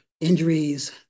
injuries